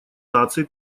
наций